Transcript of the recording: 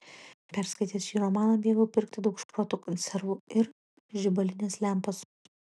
perskaitęs šį romaną bėgau pirkti daug šprotų konservų ir žibalinės lempos